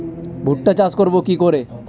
ভুট্টা চাষ করব কি করে?